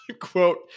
quote